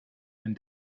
and